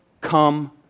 come